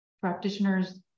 practitioners